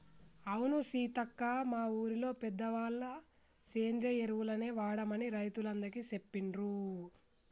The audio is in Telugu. అవును సీతక్క మా ఊరిలో పెద్దవాళ్ళ సేంద్రియ ఎరువులనే వాడమని రైతులందికీ సెప్పిండ్రు